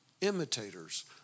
Imitators